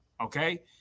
Okay